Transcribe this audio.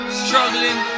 struggling